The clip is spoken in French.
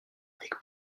avec